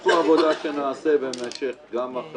פה עבודה שנעשה גם מחר,